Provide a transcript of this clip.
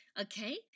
Okay